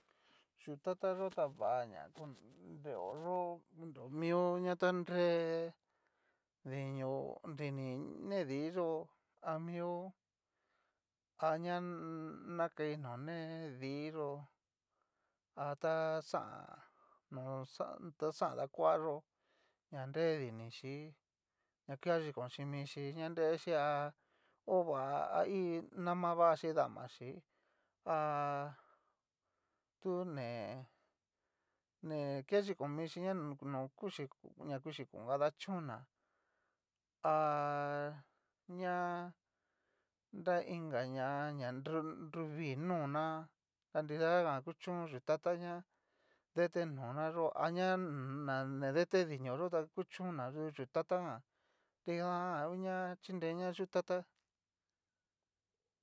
Yutata yó ta va na konreo yó'o konreo mio na ta nre dinio, dini ni dii yó amio a ña nakai no ne dii yó, a ta xan no ta xan dakuayó ña nre dixhí na kea yikón chí mixhí ña nrexhí ha a hi ha ova a nama vaxhi damachí ha tu né, ne ke yikon mixhí ña no kuxhi na kuxhí con kadachón ná há ña ñainga ñá nru nruvinonata nidajan kuchón yutata ña, detenoná yó aña na ni dete dinio yó tá kuchon'na du yu tatajan nrida ngu ña chinre ñá yutata.